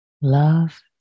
love